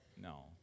No